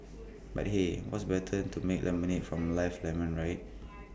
but hey what's better than to make lemonade from life lemon right